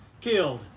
killed